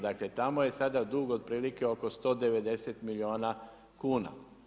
Dakle, tamo je sada dug otprilike oko 190 milijuna kuna.